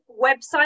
website